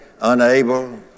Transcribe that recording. unable